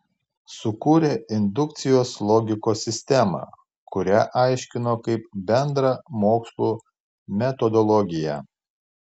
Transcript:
sukūrė indukcijos logikos sistemą kurią aiškino kaip bendrą mokslų metodologiją